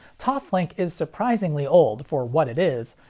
toslink is surprisingly old for what it is,